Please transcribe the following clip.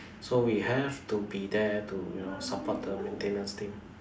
so we have to be there to you know support the maintenance team